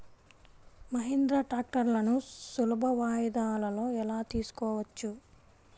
మహీంద్రా ట్రాక్టర్లను సులభ వాయిదాలలో ఎలా తీసుకోవచ్చు?